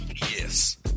Yes